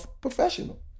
professional